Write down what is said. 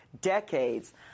decades